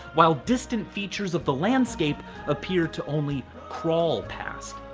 while distant features of the landscape appear to only crawl past.